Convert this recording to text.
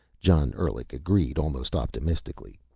john endlich agreed almost optimistically.